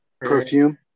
Perfume